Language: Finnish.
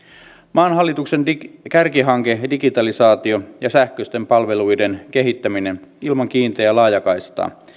maan hallituksen kärkihanke digitalisaatio ja sähköisten palveluiden kehittäminen ei ilman kiinteää laajakaistaa ole